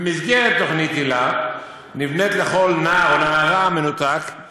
במסגרת תוכנית היל"ה נבנית לכל נער מנותק ונערה מנותקת